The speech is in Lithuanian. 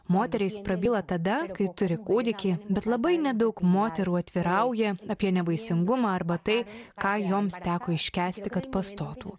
moterys prabyla tada kai turi kūdikį bet labai nedaug moterų atvirauja apie nevaisingumą arba tai ką joms teko iškęsti kad pastotų